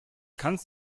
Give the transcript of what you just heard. kannst